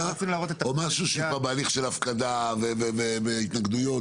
והליך ההפקדה וההתנגדויות וכו'.